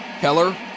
Keller